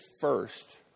first